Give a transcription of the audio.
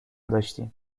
داشتیم